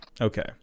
Okay